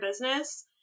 business